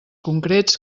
concrets